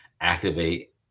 activate